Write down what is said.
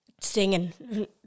singing